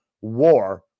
war